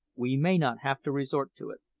we may not have to resort to it.